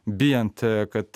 bijant kad